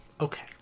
Okay